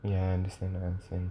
ya understand understand